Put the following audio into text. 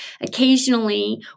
Occasionally